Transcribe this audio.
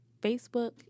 Facebook